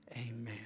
Amen